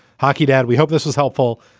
hockey dad. we hope this is helpful.